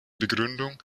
begründung